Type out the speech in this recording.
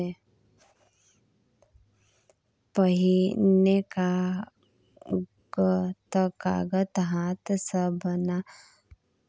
पहिने कागत हाथ सँ बनाएल जाइत रहय आब मशीन सँ बनाएल जा रहल छै